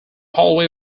hallway